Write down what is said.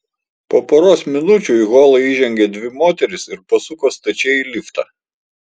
po poros minučių į holą įžengė dvi moterys ir pasuko stačiai į liftą